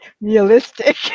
realistic